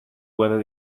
whether